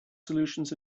solutions